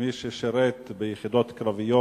כמי ששירת ביחידות קרביות